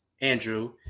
Andrew